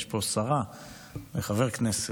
יש פה שרה וחבר כנסת,